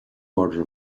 order